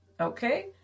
Okay